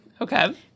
Okay